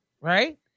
right